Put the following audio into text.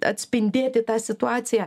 atspindėti tą situaciją